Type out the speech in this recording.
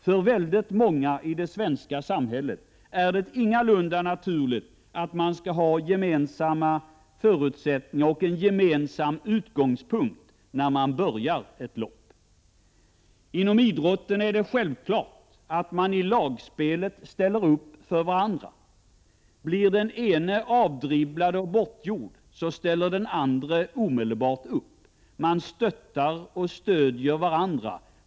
För väldigt många i det svenska samhället är det ingalunda naturligt att man skall ha gemensamma förutsättningar och en gemensam utgångspunkt när man börjar ett lopp. Inom idrotten är det självklart att man i lagspelet ställer upp för varandra. Blir den ene avdribblad och bortgjord, så ställer den andre omedelbart upp. Man stöttar och stödjer varandra.